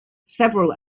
several